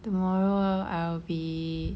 tomorrow I'll be